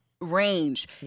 range